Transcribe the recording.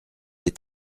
est